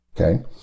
Okay